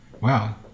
Wow